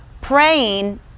Praying